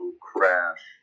crash